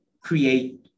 create